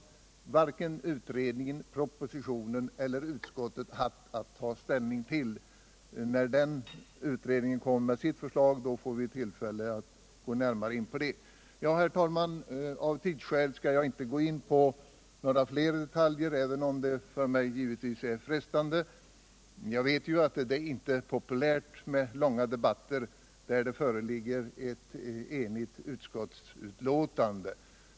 Varken fiskerikommittén, propositionen eller utskottet har haft att ta ställning till detta. När fiskevattensutredningen kommer med sitt förslag får vi tillfälle att gå närmare in på det. Herr talman! Av tidsskäl skall jag inte gå in på fler detaljer, även om det givetvis är frestande. Jag vet att det inte är populärt med långa debatter när det föreligger ett enigt utskottsbetänkande.